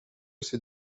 ces